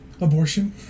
abortion